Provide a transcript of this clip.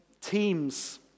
teams